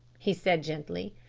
he said gently.